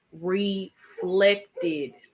reflected